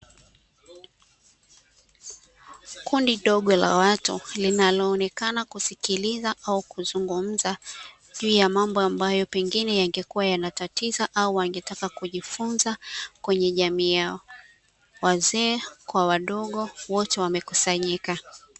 Kundi dogo la watu linaloonekana kusikiliza au kuzungumza pia mambo ambayo pengine yangekuwa yanatatiza au wangetaka kujifunza kwenye jamii yao. Wazee kwa wadogo wote wamekusanyika.